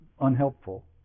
unhelpful